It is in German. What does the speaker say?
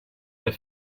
der